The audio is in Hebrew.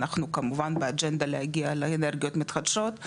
אנחנו כמובן באג'נדה להגיע לאנרגיות מתחדשות,